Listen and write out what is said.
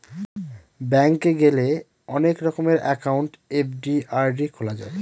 bank গেলে অনেক রকমের একাউন্ট এফ.ডি, আর.ডি খোলা যায়